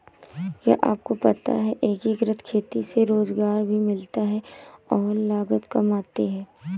क्या आपको पता है एकीकृत खेती से रोजगार भी मिलता है और लागत काम आती है?